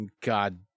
God